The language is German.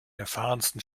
erfahrensten